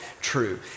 true